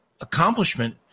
accomplishment